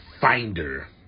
finder